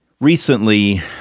Recently